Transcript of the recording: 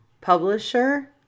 publisher